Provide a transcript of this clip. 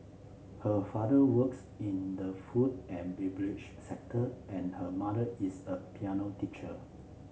her father works in the food and beverage sector and her mother is a piano teacher